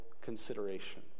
consideration